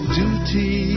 duty